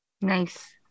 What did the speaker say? Nice